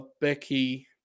Becky